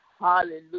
hallelujah